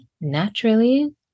naturally